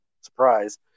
surprise